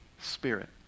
Spirit